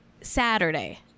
Saturday